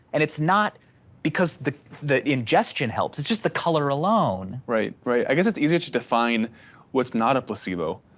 and it's not because the the ingestion helps, it's just the color alone. right, right. i guess it's easier to define what's not a placebo,